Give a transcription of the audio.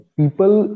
people